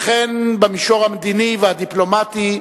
וכן במישור המדיני והדיפלומטי,